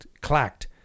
clacked